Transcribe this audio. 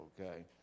okay